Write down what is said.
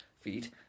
feet